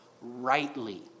rightly